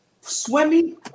swimming